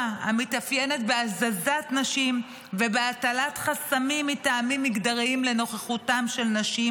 המתאפיינת בהזזת נשים ובהטלת חסמים מטעמים מגדריים על נוכחותן של נשים,